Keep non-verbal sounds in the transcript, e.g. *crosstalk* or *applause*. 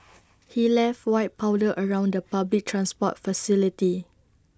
*noise* he left white powder around the public transport facility